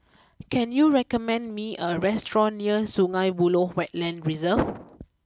can you recommend me a restaurant near Sungei Buloh Wetland Reserve